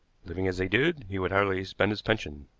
living as he did, he would hardly spend his pension,